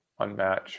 Unmatch